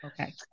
Okay